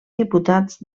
diputats